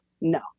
No